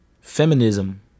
Feminism